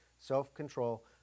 self-control